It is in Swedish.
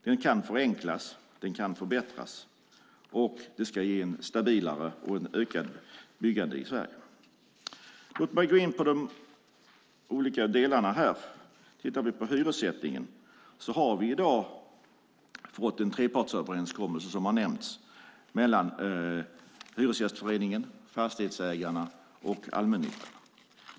Den kan förenklas och förbättras och ska ge ett stabilare och ökande byggande i Sverige. Låt mig gå in på de olika delarna. Vi kan först se på hyressättningen. Som har nämnts har vi fått en trepartsöverenskommelse mellan Hyresgästföreningen, Fastighetsägarna och allmännyttan.